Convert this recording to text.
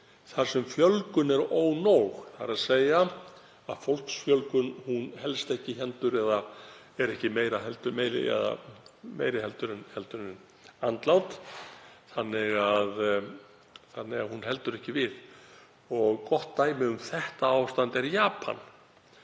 þar sem fjölgun er ónóg, þ.e. að fólksfjölgun helst ekki í hendur eða er ekki meiri heldur en andlát þannig að hún heldur ekki í við þau. Gott dæmi um þetta ástand er Japan.